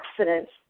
accidents